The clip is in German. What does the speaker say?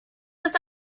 erst